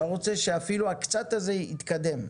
אתה רוצה שאפילו הקצת הזה יתקדם.